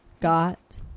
got